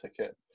ticket